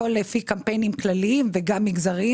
הכול לפי קמפיינים כללים וגם מגזריים.